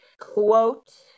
quote